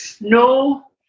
No